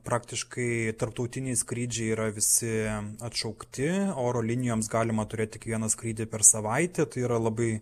praktiškai tarptautiniai skrydžiai yra visi atšaukti oro linijoms galima turėti tik vieną skrydį per savaitę tai yra labai